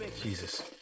Jesus